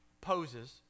poses